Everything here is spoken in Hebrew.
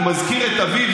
הוא מזכיר את אביו,